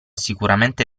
sicuramente